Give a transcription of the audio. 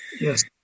Yes